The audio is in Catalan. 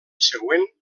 següent